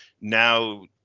now